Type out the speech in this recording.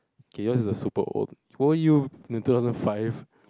okay yours is the super old weren't you in two thousand five